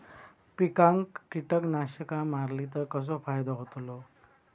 पिकांक कीटकनाशका मारली तर कसो फायदो होतलो?